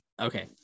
okay